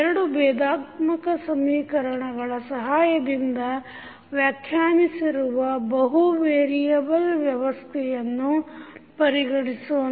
ಎರಡು ಭೇದಾತ್ಮಕ ಸಮೀಕರಣಗಳ ಸಹಾಯದಿಂದ ವ್ಯಾಖ್ಯಾನಿಸಿರುವ ಬಹು ವೇರಿಯೆಬಲ್ ವ್ಯವಸ್ಥೆಯನ್ನು ಪರಿಗಣಿಸೋಣ